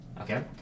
Okay